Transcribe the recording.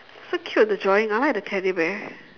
so cute the drawing I like the teddy bear